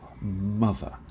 mother